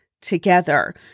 together